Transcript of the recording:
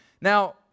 Now